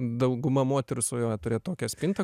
dauguma moterų svajoja turėt tokią spintą